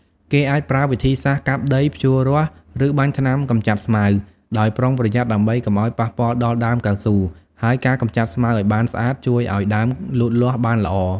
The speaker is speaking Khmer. គេអាចប្រើវិធីសាស្រ្តកាប់ដី ភ្ជួររាស់ ឬបាញ់ថ្នាំកម្ចាត់ស្មៅ ដោយប្រុងប្រយ័ត្នដើម្បីកុំឱ្យប៉ះពាល់ដល់ដើមកៅស៊ូ ហើយការកម្ចាត់ស្មៅឱ្យបានស្អាតជួយឱ្យដើមលូតលាស់បានល្អ។